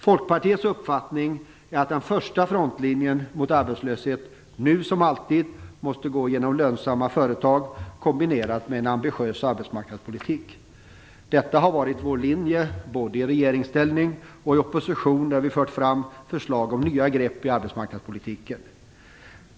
Folkpartiets uppfattning är att den första frontlinjen mot arbetslösheten, nu som alltid, måste gå genom lönsamma företag kombinerat med en ambitiös arbetsmarknadspolitik. Detta har varit vår linje både i regeringsställning och i opposition, där vi fört fram förslag om nya grepp i arbetsmarknadspolitiken.